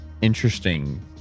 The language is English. interesting